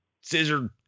scissor